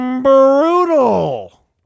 Brutal